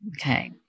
okay